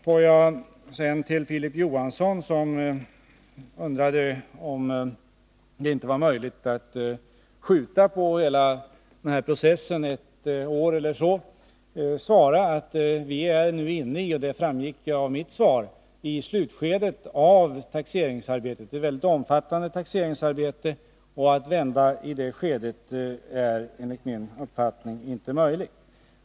Får jag sedan till Filip Johansson, som undrade om det inte var möjligt att skjuta på hela den här processen ett år eller så, svara att vi nu är inne i — det framgick också av mitt frågesvar — slutskedet av taxeringsarbetet. Det är ett mycket omfattande taxeringsarbete, och att vända i det skedet är enligt min uppfattning inte möjligt.